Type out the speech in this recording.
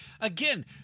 Again